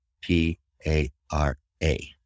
P-A-R-A